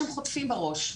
הם חוטפים בראש,